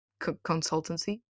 consultancy